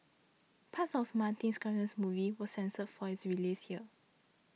parts of Martin Scorsese's movie was censored for its release here